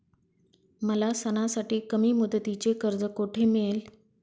मला सणासाठी कमी मुदतीचे कर्ज कोठे मिळेल?